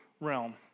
realm